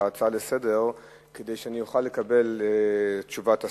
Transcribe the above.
את ההצעה לסדר-היום כדי שאוכל לקבל את תשובת השר,